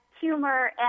humor